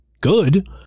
good